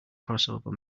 crossover